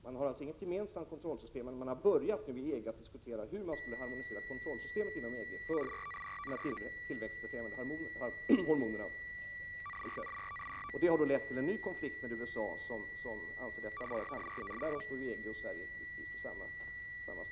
Man har alltså inget gemensamt kontrollsystem, men har nu börjat diskutera hur man kan harmonisera kontrollsystemet inom EG beträffande tillväxtbefrämjande hormoner i kött. Detta har lett till en ny konflikt med USA, som anser detta vara ett handelshinder. I den här frågan intar givetvis EG och Sverige samma ståndpunkt.